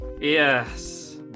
Yes